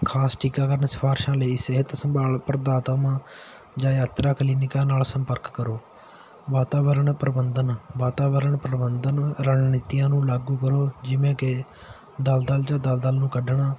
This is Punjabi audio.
ਖਾਸ ਟੀਕਾਕਰਨ ਸਿਫਾਰਸ਼ਾਂ ਲਈ ਸਿਹਤ ਸੰਭਾਲ ਪ੍ਰਦਾਤਾਵਾਂ ਜਾਂ ਯਾਤਰਾ ਕਲੀਨਿਕਾਂ ਨਾਲ ਸੰਪਰਕ ਕਰੋ ਵਾਤਾਵਰਨ ਪ੍ਰਬੰਧਨ ਵਾਤਾਵਰਨ ਪ੍ਰਬੰਧਨ ਰਣਨੀਤੀਆਂ ਨੂੰ ਲਾਗੂ ਕਰੋ ਜਿਵੇਂ ਕਿ ਦਲਦਲ 'ਚੋਂ ਦਲਦਲ ਨੂੰ ਕੱਢਣਾ